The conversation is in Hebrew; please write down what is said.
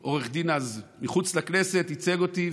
אז עורך דין מחוץ לכנסת, ייצג אותי.